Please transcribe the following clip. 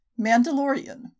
Mandalorian